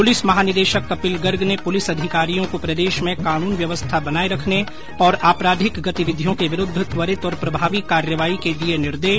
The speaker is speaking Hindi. पुलिस महानिदेशक कपिल गर्ग ने पुलिस अधिकारियों को प्रदेश में कानून व्यवस्था बनाए रखने और आपराधिक गतिविधियों के विरूद्ध त्वरित और प्रभावी कार्यवाही के दिये निर्देश